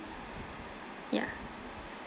ya